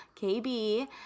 KB